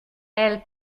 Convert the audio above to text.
elle